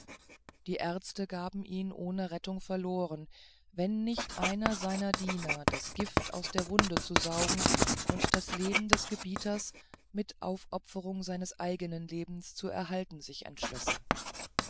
die ärzte gaben ihn ohne rettung verloren wenn nicht einer seiner diener das gift aus der wunde zu saugen und das leben des gebieters mit aufopferung des eigenen lebens zu erhalten sich entschlösse